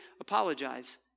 apologize